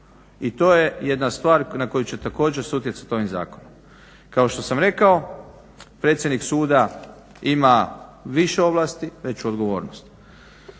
i to je jedna stvar na koju će također se utjecati ovim zakonom. Kao što sam rekao, predsjednik suda ima više ovlasti veću odgovornost.